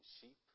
sheep